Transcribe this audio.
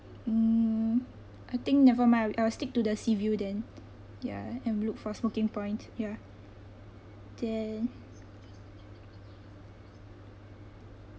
mm I think never mind I will stick to the sea view then ya and look for smoking point ya then